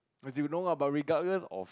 as you know lah but regardless of